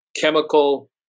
chemical